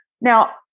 Now